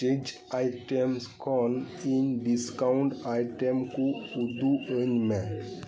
change items ᱠᱷᱚᱱ ᱤᱧ discount item ᱠᱚ ᱩᱫᱩᱜ ᱟᱹᱧ ᱢᱮ